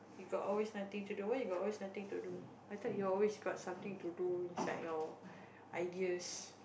you got always nothing to do why you got always nothing to do I thought you always got something to do beside your ideas